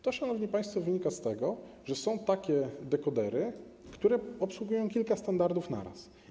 To, szanowni państwo, wynika z tego, że są takie dekodery, które obsługują kilka standardów na raz.